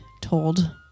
told